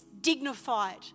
dignified